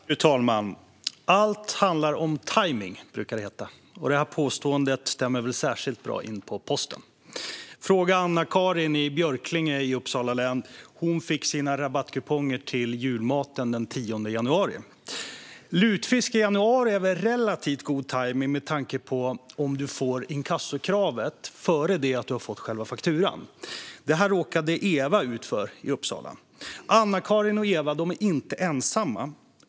Fru talman! Allt handlar om tajmning, brukar det heta. Detta påstående stämmer väl särskilt bra in på posten. Fråga Anna-Karin i Björklinge i Uppsala län! Hon fick sina rabattkuponger på julmat den 10 januari. Lutfisk i januari är väl relativt god tajmning jämfört med om man får inkassokravet innan man har fått själva fakturan. Detta råkade Eva i Uppsala ut för. Anna-Karin och Eva är inte ensamma.